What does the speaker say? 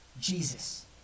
Jesus